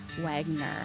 Wagner